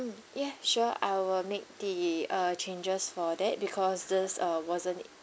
mm ya sure I will make the uh changes for that because this uh wasn't